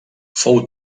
fou